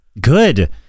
Good